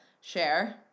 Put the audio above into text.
share